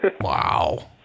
Wow